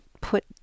put